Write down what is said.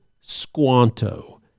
Squanto